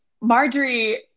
Marjorie